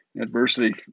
adversity